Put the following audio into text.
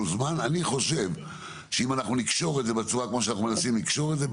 אני חושב שאם נקשור את זה בצורה שאנחנו מנסים לקשור את זה,